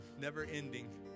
never-ending